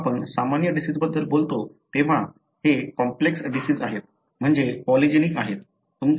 जेव्हा आपण सामान्य डिसिजबद्दल बोलतो तेव्हा हे कॉम्प्लेक्स डिसिज आहेत म्हणजे पॉलीजेनिक आहेत